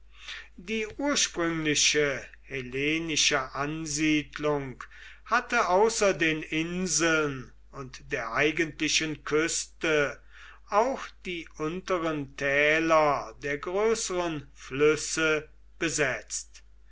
die ursprüngliche hellenische ansiedlung hatte außer den inseln und der eigentlichen küste auch die unteren täler der größeren flüsse besetzt